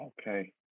Okay